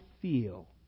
feel